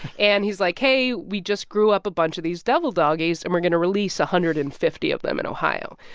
and he's like, hey, we just grew up a bunch of these devil doggies. and we're going to release one hundred and fifty of them in ohio.